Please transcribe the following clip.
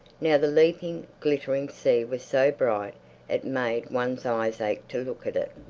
now the leaping, glittering sea was so bright it made one's eyes ache to look at it.